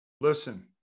Listen